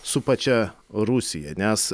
su pačia rusija nes